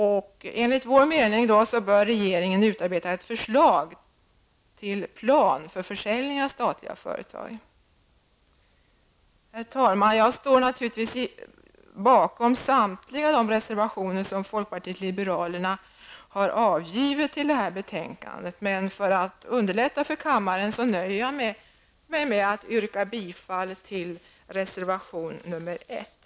Regeringen bör enligt vår mening utarbeta ett förslag till plan för försäljning av statliga företag. Herr talman! Jag står givetvis bakom samtliga de reservationer som folkpartiet liberalerna har avgivit till detta betänkande men för att spara kammaren nöjer jag mig med att yrka bifall till reservation nr 1.